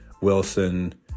Wilson